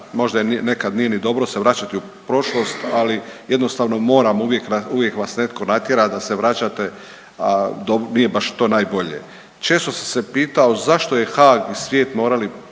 možda nekada nije ni dobro se vraćati u prošlost, ali jednostavno moram. Uvijek vas netko natjera da se vraćate a nije to baš najbolje. Često sam se pitao zašto je Haag i svijet morali reći